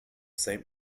saint